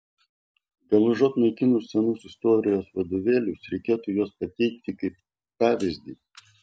gal užuot naikinus senus istorijos vadovėlius reikėtų juos pateikti kaip pavyzdį